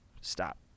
stop